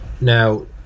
now